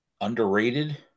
underrated